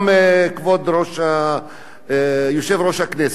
וגם כבוד יושב-ראש הכנסת.